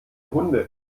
hunde